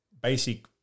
basic